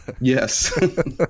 Yes